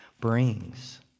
brings